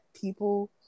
people